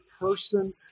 person